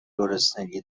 گرسنگی